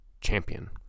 champion